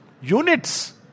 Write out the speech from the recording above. units